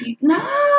No